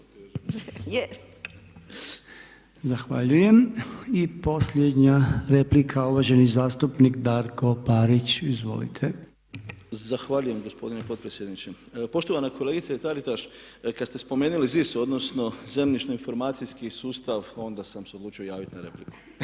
Zahvaljujem. I posljednja replika uvaženi zastupnik Darko Parić. Izvolite. **Parić, Darko (SDP)** Zahvaljujem gospodine potpredsjedniče. Poštovana kolegice Taritaš kada ste spomenuli ZIS, odnosno zemljišno informacijski sustav, onda sam se odlučio javiti na repliku.